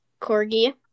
corgi